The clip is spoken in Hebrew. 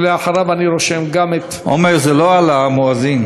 ואחריו אני רושם גם את, עמר, זה לא על המואזין?